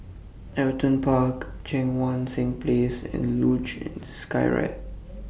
Everton Park Cheang Wan Seng Place and Luge and Skyride